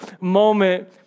moment